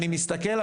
אני מסתכל,